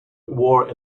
war